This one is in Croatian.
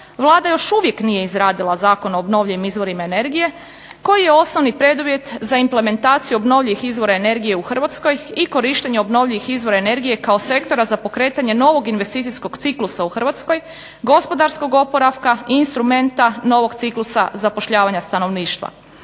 Vlada još uvijek nije izradila Zakon o obnovljivim izvorima energije koji je osnovni preduvjet za implementaciju obnovljivih izvora energije u Hrvatskoj i korištenje obnovljivih izvora energije kao sektora za pokretanje novog investicijskog ciklusa u Hrvatskoj, gospodarskog oporavka i instrumenta novog ciklusa zapošljavanja stanovništva.